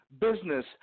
business